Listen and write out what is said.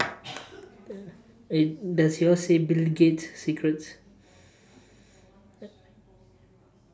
eh does yours say bill-gates secrets